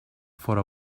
fóra